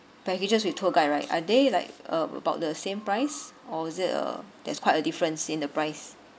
packages with tour guide right are they like uh about the same price or is it uh there's quite a difference in the price